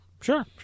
Sure